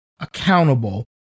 Accountable